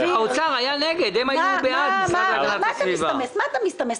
האוצר היה נגד, המשרד להגנת הסביבה היו בעד.